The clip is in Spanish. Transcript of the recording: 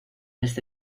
este